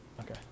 Okay